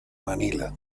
manila